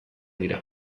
dira